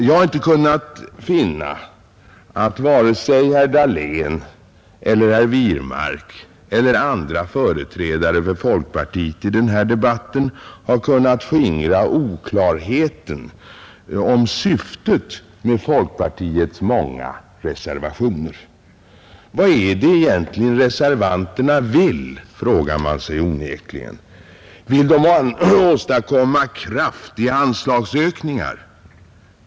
Jag har inte kunnat finna att vare sig herr Dahlén, herr Wirmark eller andra företrädare för folkpartiet i den här debatten kunnat skingra oklarheten i fråga om syftet med folkpartiets många reservationer. Vad är det egentligen reservanterna vill, frågar man sig onekligen. Vill de åstadkomma kraftiga anslagsökningar?